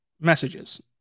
messages